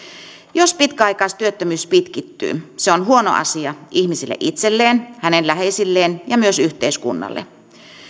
jos pitkäaikaistyöttömyys pitkittyy se on huono asia ihmiselle itselleen hänen läheisilleen ja myös yhteiskunnalle